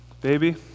baby